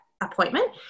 appointment